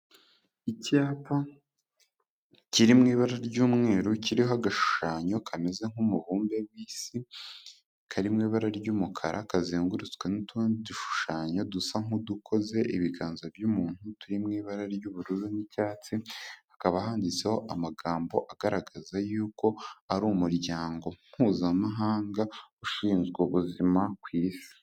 Icyapa kiri mu ibara ry'umweru kiriho agashushanyo kameze nk'umubumbe w' isi karimo ibara ry'umukara kazengurutswe n'utundi dushushanyo dusa nk'udukoze ibiganza by'umuntu turi mu ibara ry'ubururu n'icyatsi, hakaba handitseho amagambo agaragaza yuko ari umuryango mpuzamahanga ushinzwe ubuzima ku isi.